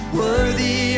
worthy